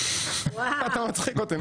אתה מצחיק אותי,